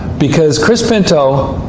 because chris pinto,